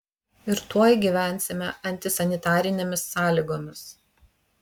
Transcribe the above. ir tuoj gyvensime antisanitarinėmis sąlygomis